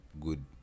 good